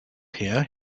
here